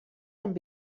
amb